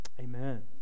Amen